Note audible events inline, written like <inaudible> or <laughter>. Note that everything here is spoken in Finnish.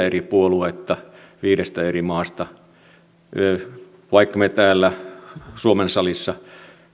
<unintelligible> eri puoluetta viidestä eri maasta vaikka täällä suomen salissa